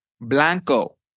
Blanco